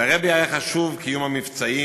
לרעבע היה חשוב קיום המבצעים,